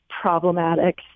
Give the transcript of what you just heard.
problematic